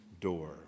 door